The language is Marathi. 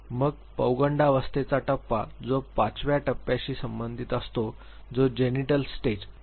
मग पौगंडावस्थेचा टप्पा जो पाचव्या टप्प्याशी संबंधित असतो जो जेनिटल स्टेज १२ ते १३ किंवा १९ वर्षाचा आहे